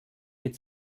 mit